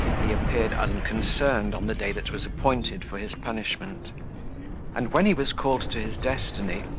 he appeared unconcerned on the day that was appointed for his punishment and when he was called to his destiny,